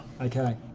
Okay